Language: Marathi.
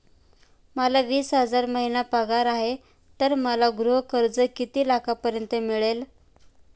मला वीस हजार महिना पगार आहे तर मला गृह कर्ज किती लाखांपर्यंत मिळेल?